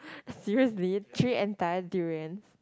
seriously three entire durians